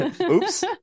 Oops